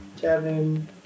Kevin